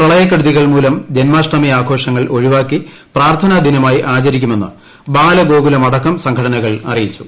പ്രളയക്കെടുതികൾ മൂലം ജന്മാഷ്ടമി ആഘോഷങ്ങൾ ഒഴിവാക്കി പ്രാർത്ഥാനാ ദിനമായി ആചരിക്കുമെന്ന് പ്രബാലകഗോകുലമടക്കം സംഘടനകൾ അറിയിച്ചു